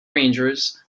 rangers